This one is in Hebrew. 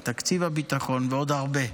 בתקציב הביטחון ובעוד הרבה.